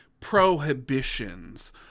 prohibitions